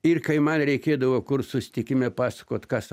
ir kai man reikėdavo kur susitikime papasakot kas